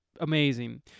amazing